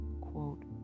Quote